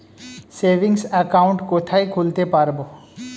Savings account কোথায় খুলতে পারব?